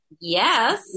Yes